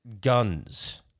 guns